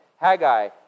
Haggai